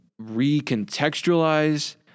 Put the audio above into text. recontextualize